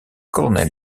colonel